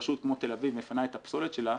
רשות כמו תל-אביב מפנה את הפסולת שלה,